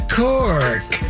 cork